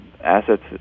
assets